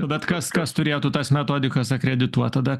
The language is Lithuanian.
nu bet kas kas turėtų tas metodikas akredituot tada